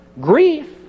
Grief